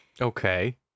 Okay